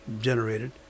generated